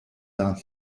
daran